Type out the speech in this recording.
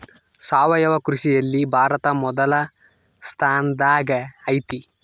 ಸಾವಯವ ಕೃಷಿಯಲ್ಲಿ ಭಾರತ ಮೊದಲ ಸ್ಥಾನದಾಗ್ ಐತಿ